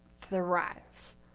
thrives